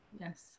Yes